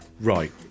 Right